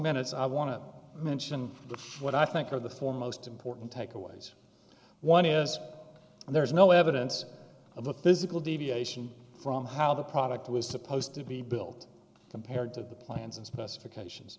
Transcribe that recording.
minutes i want to mention what i think are the four most important takeaways one is there is no evidence of a physical deviation from how the product was supposed to be built compared to the plans and specifications